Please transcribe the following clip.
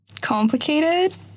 complicated